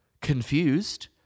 Confused